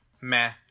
meh